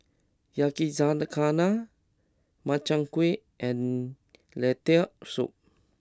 Yakizakana Makchang Gui and Lentil Soup